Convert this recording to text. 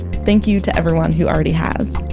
thank you to everyone who already has